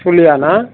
सलियाना